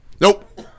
Nope